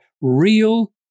real